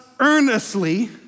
earnestly